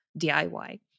DIY